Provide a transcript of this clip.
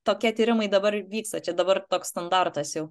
tokie tyrimai dabar ir vyksta čia dabar toks standartas jau